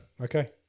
Okay